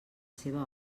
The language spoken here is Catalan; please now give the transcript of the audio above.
seva